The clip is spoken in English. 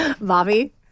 Bobby